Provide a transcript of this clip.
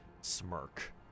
smirk